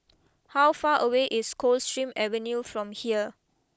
how far away is Coldstream Avenue from here